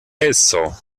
eso